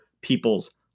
people's